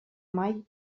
mai